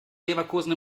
leverkusen